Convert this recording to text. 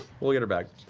we'll get her back.